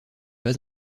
pas